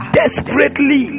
desperately